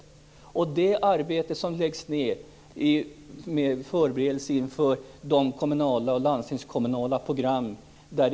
Det läggs ned arbete från våra medlemmar i åtskilliga studiecirklar på förberedelser i kommunala och landstingskommunala program.